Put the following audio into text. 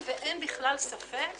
בוקר טוב לכולם, אני מתכבד לפתוח את הישיבה.